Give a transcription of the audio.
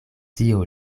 dio